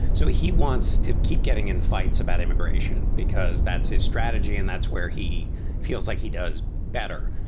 so he wants to keep getting in fights about immigration because that's his strategy and that's where he feels like he does better.